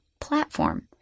platform